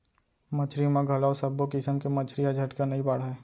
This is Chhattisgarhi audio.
मछरी म घलौ सब्बो किसम के मछरी ह झटकन नइ बाढ़य